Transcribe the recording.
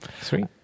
Sweet